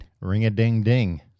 Ring-a-ding-ding